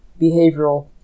behavioral